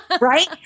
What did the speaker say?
Right